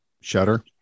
Shutter